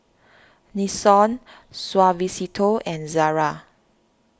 Nixon Suavecito and Zara